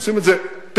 עושים את זה פרק-פרק.